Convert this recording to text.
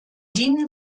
dienen